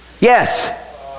Yes